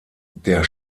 der